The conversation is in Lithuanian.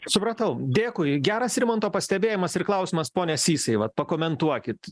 supratau dėkui geras rimanto pastebėjimas ir klausimas pone sysai vat pakomentuokit